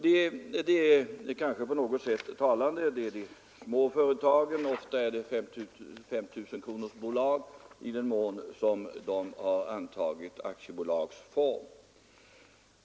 Det är kanske på något sätt talande att det är fråga om små företag, ofta 5 000-kronorsbolag, i den mån de har antagit aktiebolagsform.